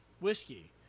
Whiskey